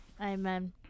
amen